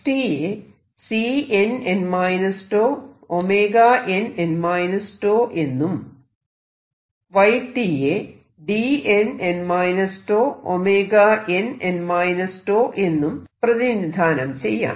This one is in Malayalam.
X യെ Cnn 𝞃 ωnn 𝞃 എന്നും Y യെ D nn 𝞃 ωnn 𝞃 എന്നും പ്രതിനിധാനം ചെയ്യാം